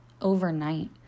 overnight